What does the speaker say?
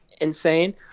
insane